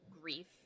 grief